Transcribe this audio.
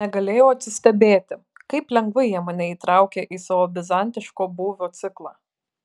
negalėjau atsistebėti kaip lengvai jie mane įtraukė į savo bizantiško būvio ciklą